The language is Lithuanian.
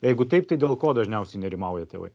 jeigu taip tai dėl ko dažniausiai nerimauja tėvai